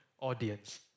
audience